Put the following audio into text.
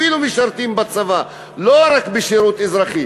אפילו משרתים בצבא, לא רק בשירות אזרחי.